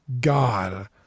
god